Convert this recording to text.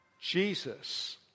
Jesus